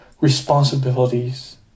responsibilities